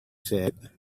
said